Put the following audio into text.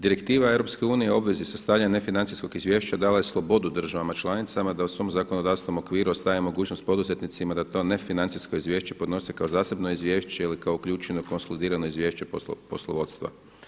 Direktiva EU u obvezi je sastavljanja nefinancijskog izvješća dala je slobodu državama članicama da u svom zakonodavstvom okviru ostavlja mogućnost poduzetnicima da to nefinancijsko izvješće podnose kao zasebno izvješće ili kao uključeno konsolidirano izvješće poslovodstva.